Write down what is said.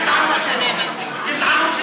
כל אחד, כל אחד והגזענות שלו, גזענות של